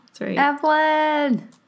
Evelyn